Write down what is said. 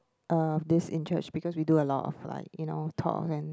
of this interest because we do a lot of like you know talks and